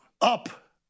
Up